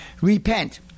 Repent